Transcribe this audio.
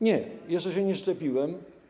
Nie, jeszcze się nie szczepiłem.